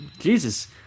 Jesus